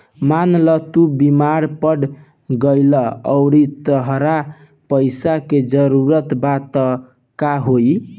मान ल तू बीमार पड़ गइलू अउरी तहरा पइसा के जरूरत बा त का होइ